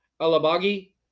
Alabagi